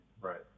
Right